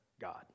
God